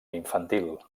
infantil